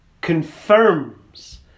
confirms